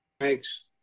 Thanks